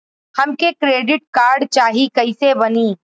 हमके credit card चाही कैसे बनी?